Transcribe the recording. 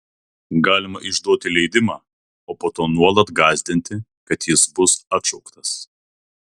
galima išduoti leidimą o po to nuolat gąsdinti kad jis bus atšauktas